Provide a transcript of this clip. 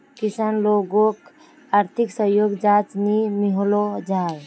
किसान लोगोक आर्थिक सहयोग चाँ नी मिलोहो जाहा?